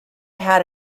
had